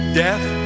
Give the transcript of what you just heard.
death